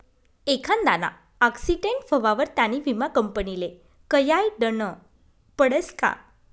एखांदाना आक्सीटेंट व्हवावर त्यानी विमा कंपनीले कयायडनं पडसं का